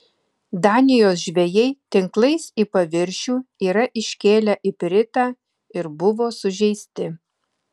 danijos žvejai tinklais į paviršių yra iškėlę ipritą ir buvo sužeisti